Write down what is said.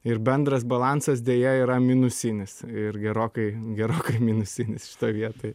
ir bendras balansas deja yra minusinis ir gerokai gerokai minusinis šitoj vietoj